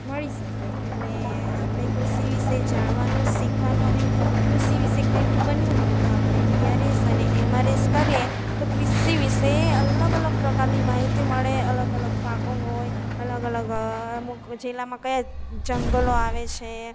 મળી શકે એટલે આપણે કૃષિ વિશે જાણવાનું શીખવાનું અને કૃષિ વિશે કંઈક બનવું હોય તો આપણે બીઆરએસ અને એમઆરએસ કરીએ તો કૃષિ વિશે અલગ અલગ પ્રકારની માહિતી મળે અલગ અલગ પાકો હોય અલગ અલગ અમુક જિલ્લામાં કયા જંગલો આવે છે